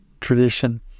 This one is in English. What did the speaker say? tradition